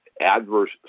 adverse